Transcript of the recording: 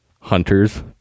hunters